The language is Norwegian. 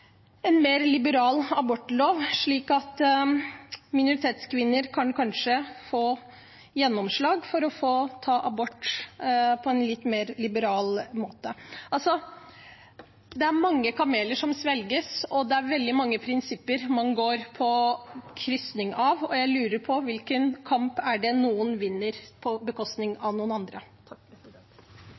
en mer liberal abortlov, at minoritetskvinner kanskje kan få gjennomslag for å få ta abort – på en litt mer liberal måte? Altså: Det er mange kameler som svelges, og det er veldig mange prinsipper man går på tvers av, og jeg lurer på hvilken kamp noen vinner på bekostning av noen andre.